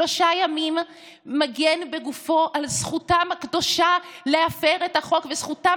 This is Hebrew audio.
שלושה ימים מגן בגופו על זכותם הקדושה להפר את החוק ועל זכותם